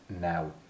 now